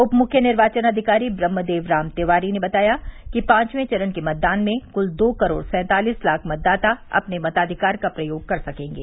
उप मुख्य निर्वाचन अधिकारी ब्रह्म देव राम तिवारी ने बताया कि पांचवें चरण के मतदान में कुल दो करोड़ सैंतालीस लाख मतदाता अपने मताधिकार का प्रयोग कर सकेंगे